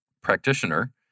practitioner